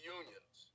unions